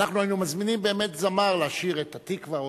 אנחנו היינו מזמינים באמת זמר לשיר את "התקווה",